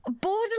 borderline